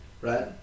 right